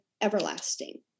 Everlasting